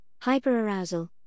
hyperarousal